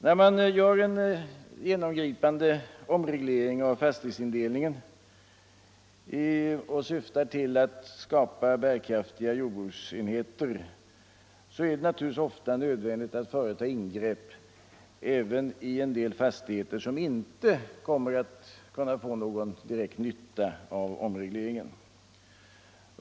När man gör en genomgripande omreglering av fastighetsindelningen och syftar till att skapa bärkraftiga jordbruksenheter, är det naturligtvis ofta nödvändigt att företa ingrepp även i en del fastigheter som inte kommer att kunna få någon direkt nytta av omregleringen.